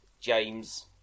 James